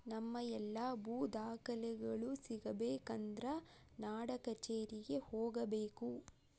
ನಮ್ಮ ಎಲ್ಲಾ ಭೂ ದಾಖಲೆಗಳು ಸಿಗಬೇಕು ಅಂದ್ರ ನಾಡಕಛೇರಿಗೆ ಹೋಗಬೇಕು